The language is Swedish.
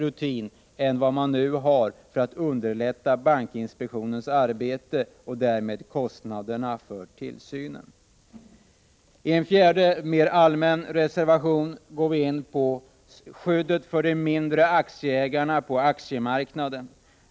På så vis kan de underlätta bankinspektionens arbete och därmed minska kostnaderna för tillsynen. I en fjärde, mera allmän reservation går vi in på skyddet för de mindre aktieägarna på aktiemarknaden.